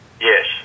Yes